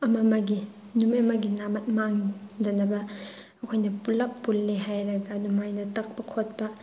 ꯑꯃ ꯑꯃꯒꯤ ꯅꯨꯃꯤꯠ ꯑꯃꯒꯤ ꯅꯃꯠ ꯃꯥꯡꯗꯅꯕ ꯑꯩꯈꯣꯏꯅ ꯄꯨꯂꯞ ꯄꯨꯜꯂꯦ ꯍꯥꯏꯔꯒ ꯑꯗꯨꯃꯥꯏꯅ ꯇꯛꯄ ꯈꯣꯠꯄ